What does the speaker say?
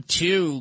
two